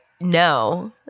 No